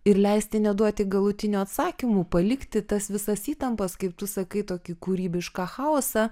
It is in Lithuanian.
ir leisti neduoti galutinių atsakymų palikti tas visas įtampas kaip tu sakai tokį kūrybišką chaosą